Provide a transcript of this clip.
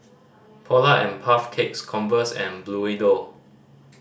Polar and Puff Cakes Converse and Bluedio